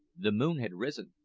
the moon had risen,